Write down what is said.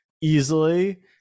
easily